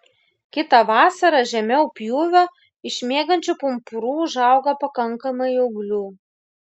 kitą vasarą žemiau pjūvio iš miegančių pumpurų užauga pakankamai ūglių